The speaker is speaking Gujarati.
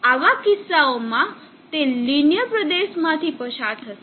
આવા કિસ્સાઓમાં તે લીનીઅર પ્રદેશમાંથી પસાર થશે